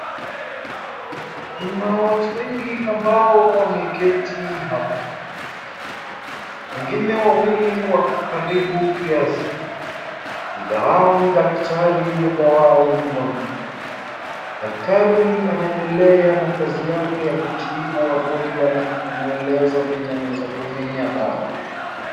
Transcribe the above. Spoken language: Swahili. Kuna watu wengi ambao wameketi hapa. Wengine wawili wako karibu kiasi. Mmoja wao ni daktari, mmoja wao ni mgonjwa. Daktari anaendelea na kazi yake ya kutibu wagonjwa na kumueleza venye anaweza tumia dawa.